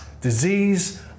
disease